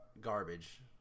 garbage